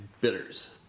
bitters